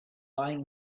lying